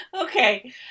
Okay